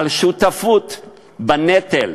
על שותפות בנטל,